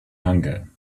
hunger